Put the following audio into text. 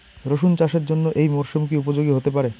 রসুন চাষের জন্য এই মরসুম কি উপযোগী হতে পারে?